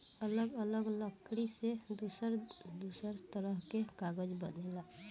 अलग अलग लकड़ी से दूसर दूसर तरह के कागज बनेला